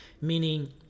meaning